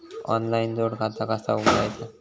Online जोड खाता कसा उघडायचा?